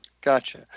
Gotcha